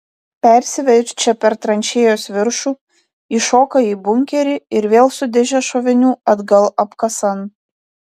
persiverčia per tranšėjos viršų įšoka į bunkerį ir vėl su dėže šovinių atgal apkasan